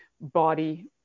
body